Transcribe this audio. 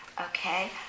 Okay